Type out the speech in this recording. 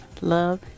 love